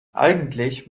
eigentlich